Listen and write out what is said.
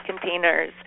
containers